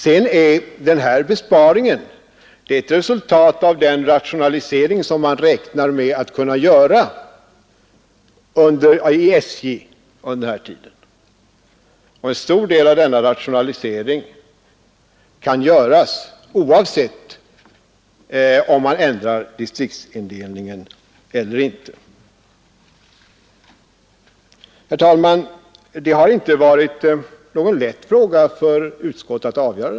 Besparingen är också ett resultat av den rationalisering som man räknar med att kunna göra vid SJ under den här tiden, och en stor del av denna rationalisering kan göras oavsett om man ändrar distriktsindelningen eller inte. Herr talman! Detta har inte varit någon lätt fråga för utskottet att avgöra.